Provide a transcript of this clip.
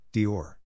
Dior